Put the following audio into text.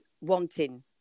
wanting